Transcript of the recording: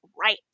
right